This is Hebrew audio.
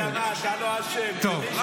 אתה יודע מה, אתה לא אשם, זה